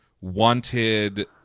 wanted